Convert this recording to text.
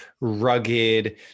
rugged